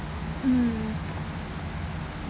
mm